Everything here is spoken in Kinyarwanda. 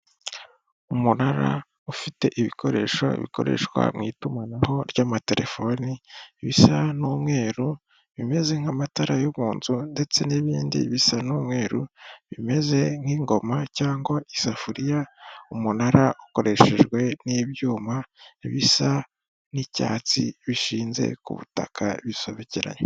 Umunara ufite ibikoresho bikoreshwa mw'itumanaho ry'amatelefoni, bisa n'umweru, bimeze nk'amatara yo munzu ndetse n'ibindi bisa n'umweru. Bimeze nk'ingoma cyangwa isafuriya umunara ukoreshejwe n'ibyuma bisa n'icyatsi, bishinze ku butaka bisobekeranye.